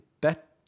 bet